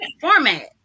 format